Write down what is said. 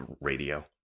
radio